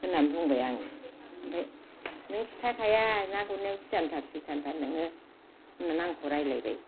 होननानै बुंबाय आङो ओमफ्राय नों खिथाखाया ना गुरनायाव सियानथार सैथानथार नोङो होननानै आंखौ रायलायबाय